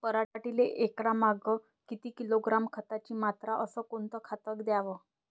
पराटीले एकरामागं किती किलोग्रॅम खताची मात्रा अस कोतं खात द्याव?